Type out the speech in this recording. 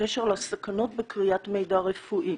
בקשר לסכנות בכריית מידע רפואי.